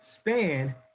span